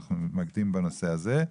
אנחנו מתמקדים בנושא הזה.